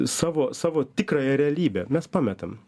savo savo tikrąją realybę mes pametam